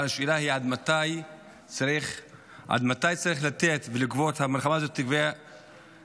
אבל השאלה היא עד מתי המלחמה הזאת תגבה אנשים,